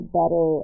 better